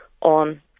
on